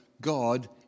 God